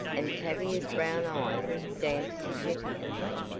and tavia's brown eyes danced significantly.